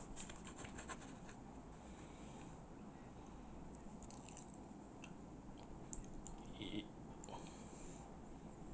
!ee!